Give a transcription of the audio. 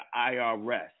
IRS